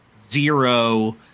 zero